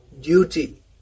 duty